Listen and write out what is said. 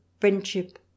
friendship